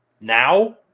now